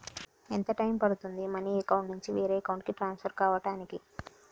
ఎంత టైం పడుతుంది money account నుంచి వేరే అకౌంట్ కి ట్రాన్స్ఫర్ కావటానికి?